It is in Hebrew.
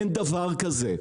אין דבר כזה.